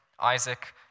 Isaac